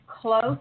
close